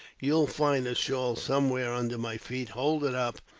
you'll find her shawl somewhere under my feet hold it up,